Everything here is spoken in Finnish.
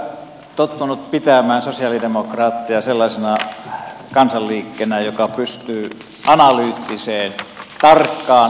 minä olen kyllä tottunut pitämään sosialidemokraatteja sellaisena kansanliikkeenä joka pystyy analyyttiseen tarkkaan yhteiskunta analyysiin